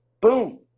Boom